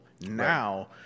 Now